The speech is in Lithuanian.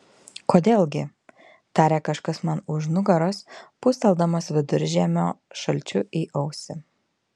kodėl gi tarė kažkas man už nugaros pūsteldamas viduržiemio šalčiu į ausį